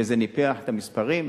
וזה ניפח את המספרים,